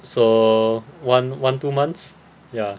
so one one two months ya